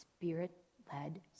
spirit-led